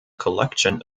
collection